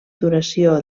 duració